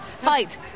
Fight